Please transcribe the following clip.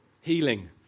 healing